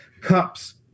cups